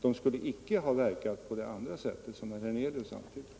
De skulle icke ha verkat på det sätt som herr Hernelius antydde.